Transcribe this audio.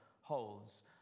holds